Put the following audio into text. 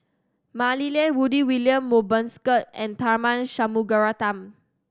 Mah Li Lian Rudy William Mosbergen and Tharman Shanmugaratnam